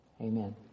Amen